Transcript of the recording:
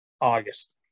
August